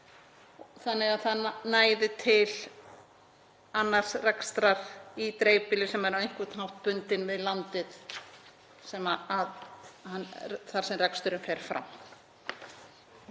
þannig að hún næði líka til annars rekstrar í dreifbýli sem er á einhvern hátt bundinn við landið þar sem reksturinn fer fram.